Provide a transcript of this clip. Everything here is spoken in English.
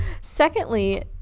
Secondly